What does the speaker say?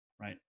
right